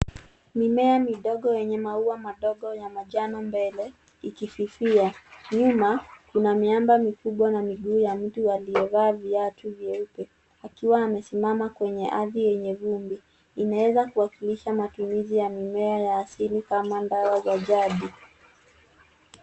Mimea midogo yenye maua madogo ya manjano mbele ikififia. Nyuma kuna miamba mikubwa na miguu ya mtu aliyevaa viatu vyeupe akiwa amesimama kwenye ardhi yenye vumbi. Inaweza kuwakilisha matumizi ya mimea ya asili kama dawa za jadi.